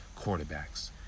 quarterbacks